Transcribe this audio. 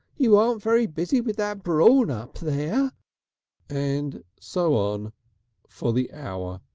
you aren't very busy with that brawn up there! and so on for the hour.